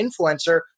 influencer